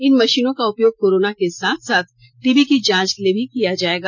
इन मशीनों का उपयोग कोरोना के साथ साथ टीबी की जांच के लिए भी किया जाएगा